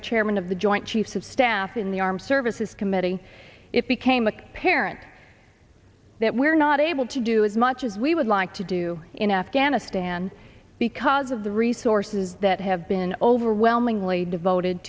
the chairman of the joint chiefs of staff in the armed services committee it became apparent that we're not able to do as much as we would like to do in afghanistan because of the resources that have been overwhelmingly devoted